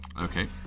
Okay